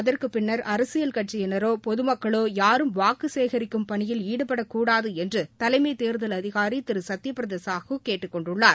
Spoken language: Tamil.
அதற்குப் பின்னர் அரசியல் கட்சியினரோ பொதுமக்களோ யாரும் வாக்கு சேகரிக்கும் பணியில் ஈடுபடக்கூடாது என்று தலைமை தோ்தல் அதிகாரி திரு சத்ய பிரதா சாஹூ கேட்டுக் கொண்டுள்ளார்